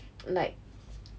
like